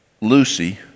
Lucy